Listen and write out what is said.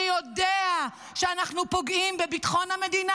אני יודע שאנחנו פוגעים בביטחון המדינה.